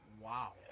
Wow